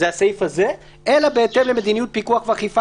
שזה הסעיף הזה "אלא בהתאם למדיניות פיקוח ואכיפה